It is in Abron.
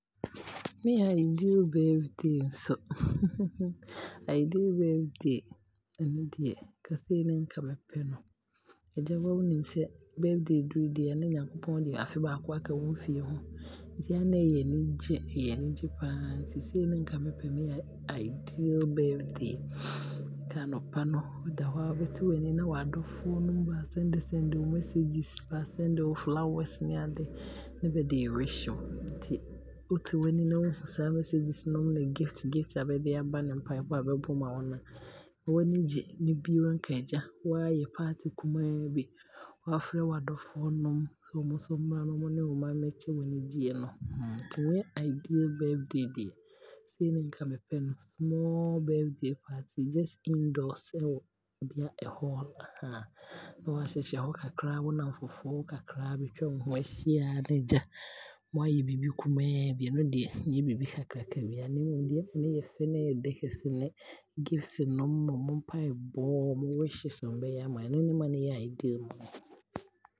Me ideal birthday nso, ideal birthday nka sei ne nka mepɛ no. Agya wo aa wonim sɛ birthday duru a, na Nyankopɔn de afe baako aaka wo mfeɛ ho, nti ɛyɛ a na ɛyɛ anigye, anigye paa nti sei ne nka mepɛ ne ideal birthday. Nka anɔpa no meda hɔ aa, mɛte m'ani no na maadɔfoɔ nom baa send send me messages, baa send me flowers ne ade, na bɛde ɛɛ wish me nti, wote w'ani ne wo hu saa messages nom ne gift gift a bɛde aaba ne mpaebɔ a bɛabɔ ama wo a, w'ani gye. Ne bio nka agya waayɛ party kumaa bi, ne waafrɛ wadɔfonom sɛ ɔmo nso mmera ne wo mmɛkyɛ wanigyeɛ no. Nti me ideal birthday deɛ sei ne nka mepɛ no, small birthday party, just indoors, ɛwɔ bia Hall, na wahyehyɛ ɛhɔ kakra bia wo nnamfonom kakra abɛtwa wo ho aahyia na Agya mo aayɛ biibi kumaa bi, ɛno deɛ ɛnyɛ biibi kakraka biaa. Na mmom neɛ ɛma no yɛ fɛ na ɛyɛ dɛ ne gift no ne ɔmo mpaebɔ, ɔmo wishes a ɔmo bɛyɛ aama wo no ɛno ne ma no yɛ ideal no.